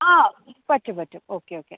ആ പറ്റും പറ്റും ഓക്കെ ഓക്കെ